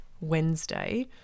Wednesday